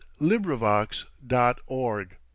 LibriVox.org